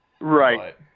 right